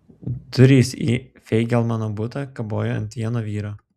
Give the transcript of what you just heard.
durys į feigelmano butą kabojo ant vieno vyrio